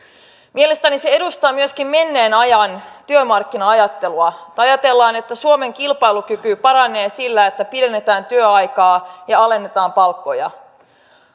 mielestäni se edustaa myöskin menneen ajan työmarkkina ajattelua ajatellaan että suomen kilpailukyky paranee sillä että pidennetään työaikaa ja alennetaan palkkoja